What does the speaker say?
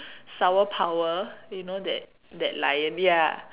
sour power you know that that lion ya